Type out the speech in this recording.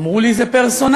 אמרו לי: זה פרסונלי.